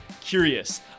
curious